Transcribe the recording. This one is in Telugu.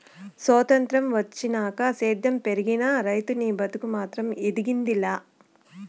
సొత్రంతం వచ్చినాక సేద్యం పెరిగినా, రైతనీ బతుకు మాత్రం ఎదిగింది లా